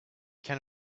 can